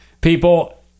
People